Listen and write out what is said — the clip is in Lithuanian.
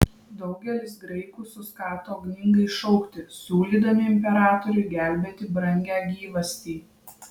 daugelis graikų suskato ugningai šaukti siūlydami imperatoriui gelbėti brangią gyvastį